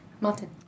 Martin